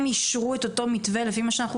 הם אישרו את אותו מתווה לפי מה שאנחנו